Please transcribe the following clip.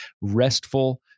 restful